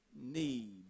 need